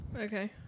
Okay